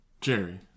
Jerry